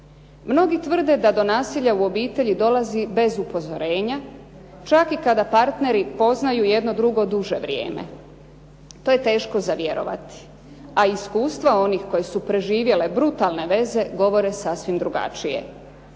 Mnogi tvrde da do nasilja u obitelji dolazi bez upozorenja, čak i kada partneri poznaju jedno drugo duže vrijeme. To je teško za vjerovati, a iskustva onih koje su preživjele brutalne veze govore sasvim drugačije.